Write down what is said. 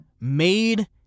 made